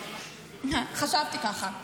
חשבתי ככה.